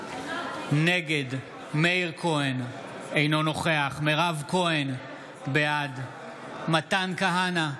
נגד מאיר כהן, אינו נוכח מירב כהן, בעד מתן כהנא,